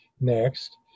Next